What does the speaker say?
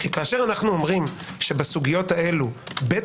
כי כאשר אנו אומרים שבסוגיות הללו בית